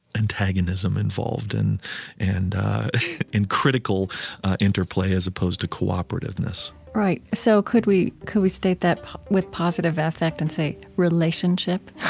antagonism involved and and and critical interplay as opposed to cooperativeness cooperativeness right. so could we could we state that with positive affect and say relationship?